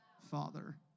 father